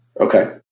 Okay